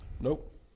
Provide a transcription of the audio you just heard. Nope